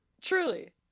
truly